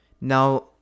now